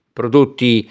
prodotti